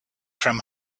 from